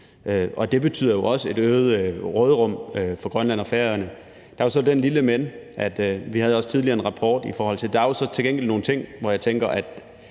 og det betyder jo også et øget råderum for Grønland og Færøerne, der er så det lille men, at vi også tidligere havde en rapport om DAU, og deri er til gengæld nogle andre ting, hvor vi tænker at